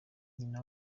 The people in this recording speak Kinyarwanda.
nyina